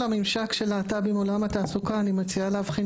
הממשק של להט"ב עם עולם התעסוקה אני מציעה להבחין